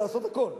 לעשות הכול,